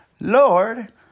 Lord